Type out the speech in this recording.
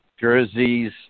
jerseys